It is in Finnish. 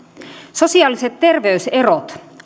sosiaaliset terveyserot